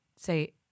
Say